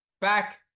back